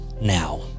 now